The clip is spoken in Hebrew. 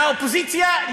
מהאופוזיציה,